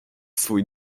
swój